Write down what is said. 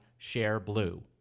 ShareBlue